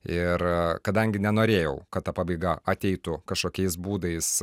ir kadangi nenorėjau kad ta pabaiga ateitu kažkokiais būdais